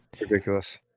ridiculous